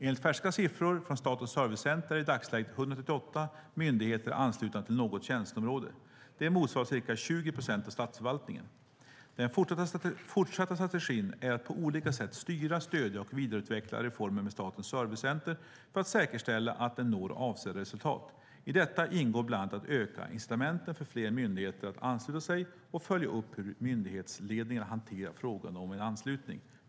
Enligt färska siffror från Statens servicecenter är i dagsläget 138 myndigheter anslutna till något tjänsteområde. Det motsvarar ca 20 procent av statsförvaltningen. Den fortsatta strategin är att på olika sätt styra, stödja och vidareutveckla reformen med Statens servicecenter för att säkerställa att den når avsedda resultat. I detta ingår bland annat att öka incitamenten för fler myndigheter att ansluta sig och följa upp hur myndighetsledningarna hanterar frågan om en anslutning.